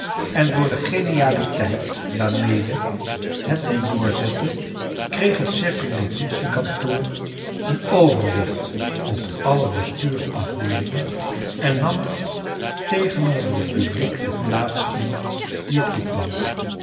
en door de genialiteit waaxmede het die doorzette kreeg het circumlocutie kantoor een overwicht op alle bestuursafdeelingen en nam het iegenover het publiek de plaats in die het toekwam